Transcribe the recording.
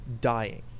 Dying